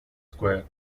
square